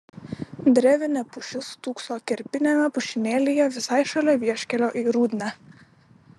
drevinė pušis stūkso kerpiniame pušynėlyje visai šalia vieškelio į rudnią